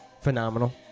phenomenal